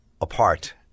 apart